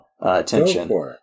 attention